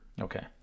okay